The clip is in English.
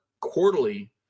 Quarterly